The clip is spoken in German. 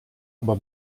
aber